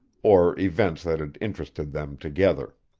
or events that had interested them together.